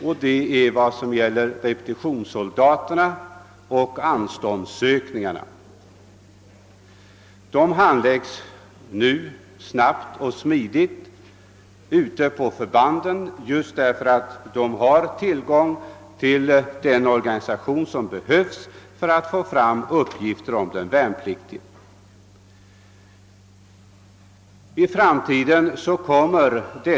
Jag syftar på handläggningen av ansökningarna om anstånd för värnpliktiga som inkallats till repetitionsövning. Dessa ansökningar handläggs nu snabbt och smidigt ute på förbanden just därför att förbanden har till gång till den organisation som behövs för att få fram uppgifter om de värnpliktiga. I framtiden kommer behandlingen.